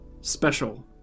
special